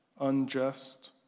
unjust